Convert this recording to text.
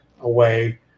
away